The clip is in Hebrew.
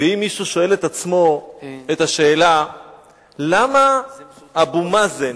ואם מישהו שואל את עצמו את השאלה למה אבו מאזן